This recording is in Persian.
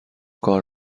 کار